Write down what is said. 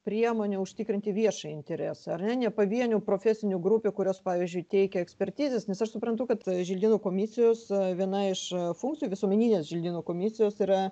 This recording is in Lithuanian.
priemonė užtikrinti viešąjį interesą ar ne ne pavienių profesinių grupių kurios pavyzdžiui teikia ekspertizes nes aš suprantu kad želdynų komisijos viena iš funkcijų visuomeninės želdynų komisijos yra